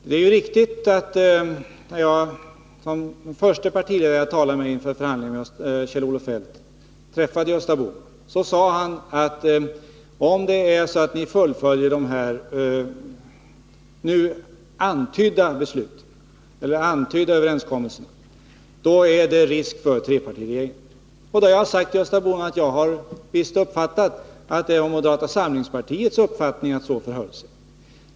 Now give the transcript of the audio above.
Det är riktigt att när jag inför förhandlingarna med Kjell-Olof Feldt som | första partiledare träffade Gösta Bohman, sade han: Om det är så att ni fullföljer de här nu antydda överenskommelserna, då är det risk för | trepartiregeringen. Då sade jag till Gösta Bohman att jag visst hade uppfattat att det var moderata samlingspartiets uppfattning att det förhöll sig så.